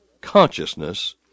consciousness